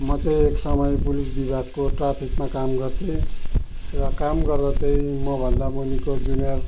म चाहिँ एक समय पुलिस विभागको ट्राफिकमा काम गर्थेँ र काम गर्दा चाहिँ म भन्दा मुनिको जुनियर